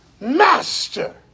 Master